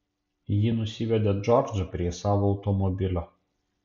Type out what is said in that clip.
ji nusivedė džordžą prie savo automobilio